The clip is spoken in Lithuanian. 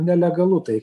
nelegalu tai